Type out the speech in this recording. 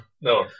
No